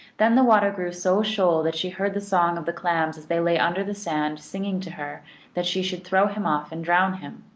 then the water grew so shoal that she heard the song of the clams as they lay under the sand, singing to her that she should throw him off and drown him.